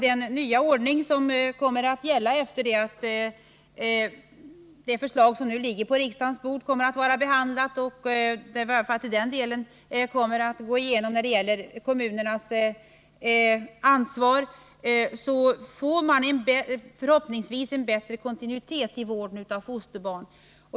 Den nya ordning som skall gälla efter det att det förslag som nu ligger på riksdagens bord har behandlats — i varje fall kommer väl den del som gäller kommunernas ansvar att antas — kommer förhoppningsvis att innebära en bättre kontinuitet i vården av fosterbarn.